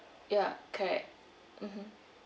ya correct mmhmm